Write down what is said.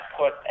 put